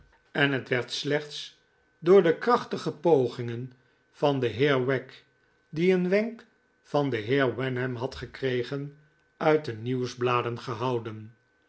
en het werd slechts door de krachtige pogingen van den heer wagg die een wenk van den heer wenham had gekregen uit de nieuwsbladen gehouden